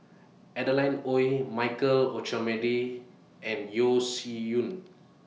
Adeline Ooi Michael Olcomendy and Yeo Shih Yun